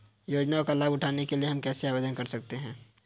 योजनाओं का लाभ उठाने के लिए हम कैसे आवेदन कर सकते हैं?